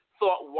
thought